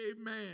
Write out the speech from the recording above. Amen